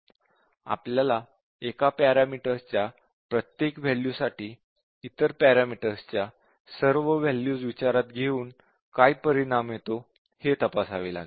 आपल्याला एका पॅरामीटरच्या प्रत्येक वॅल्यू साठी इतर पॅरामीटर्स च्या सर्व वॅल्यूज विचारात घेऊन काय परिणाम येतो हे तपासावे लागेल